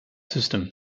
system